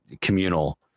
communal